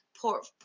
port